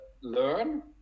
learn